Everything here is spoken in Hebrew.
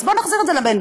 בוא נחזיר את זה למדינה,